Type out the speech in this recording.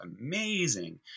amazing